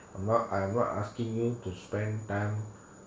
I'm not I'm not asking you to spend time